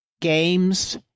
games